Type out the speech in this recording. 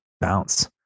bounce